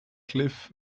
cliff